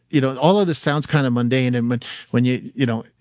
you know all of this sounds kind of mundane, and but when, you you know,